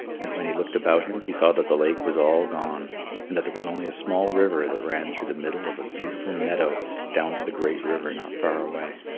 and when he looked about him, he saw that the lake was all gone and that there was only a small river that ran through the middle of a beautiful meadow down to the great river not far away.